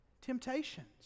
temptations